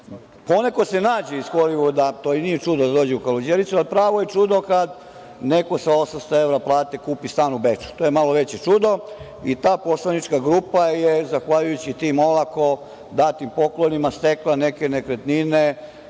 Po neko se nađe iz Holivuda, to i nije čudo da dođe u Kaluđericu, a pravo je čudo kada neko sa 800 evra plate kupi stan u Beču. To je malo veće čudo i da poslanička grupa je zahvaljujući tim olako datim poklonima stekla neke nekretnine